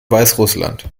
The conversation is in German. weißrussland